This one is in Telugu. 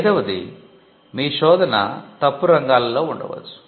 ఐదవది మీ శోధన తప్పు రంగాలలో ఉండవచ్చు